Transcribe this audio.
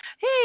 Hey